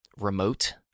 remote